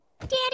Daddy